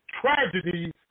tragedies